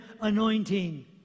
anointing